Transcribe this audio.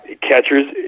Catchers